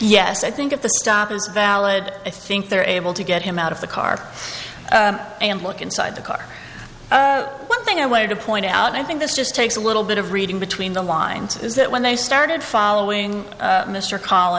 yes i think if the stop is valid i think they're able to get him out of the car and look inside the car one thing i wanted to point out i think this just takes a little bit of reading between the lines is that when they started following mr coll